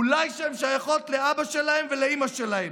אולי שהן שייכות לאבא שלהם ולאימא שלהם.